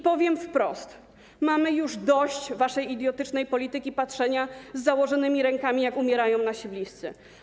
Powiem wprost: mamy już dość waszej idiotycznej polityki patrzenia z założonymi rękami, jak umierają nasi bliscy.